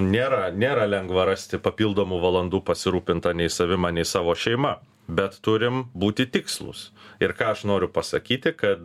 nėra nėra lengva rasti papildomų valandų pasirūpint anei savim anei savo šeima bet turim būti tikslūs ir ką aš noriu pasakyti kad